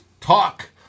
talk